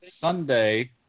Sunday